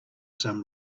some